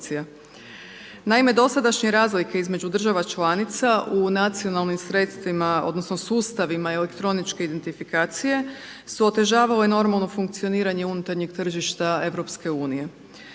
Naime, dosadašnje razlike između država članica u nacionalnim sredstvima odnosno sustavima elektroničke identifikacije su otežavale normalno funkcioniranje unutarnjeg tržišta EU.